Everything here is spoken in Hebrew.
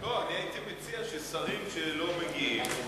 אני הייתי מציע ששרים שלא מגיעים,